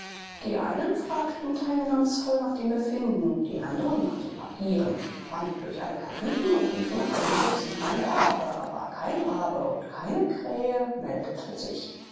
die einen fragten teilnahmsvoll nach dem befinden die anderen nach den papieren rannten durch alle kajüten und riefen nach einem gewissen herrn rabe aber kein rabe und keine krähe meldete sich